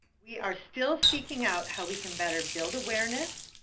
we are still seeking out how we can better build awareness,